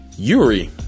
Yuri